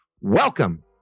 Welcome